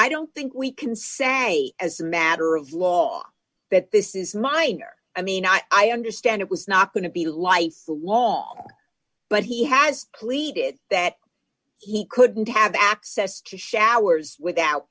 i don't think we can say as a matter of law that this is minor i mean i understand it was not going to be life long but he has pleaded that he couldn't have access to showers without